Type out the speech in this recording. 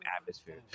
atmosphere